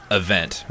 event